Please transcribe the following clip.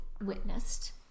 witnessed